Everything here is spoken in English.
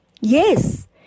Yes